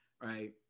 right